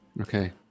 Okay